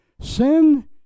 Sin